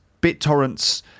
BitTorrents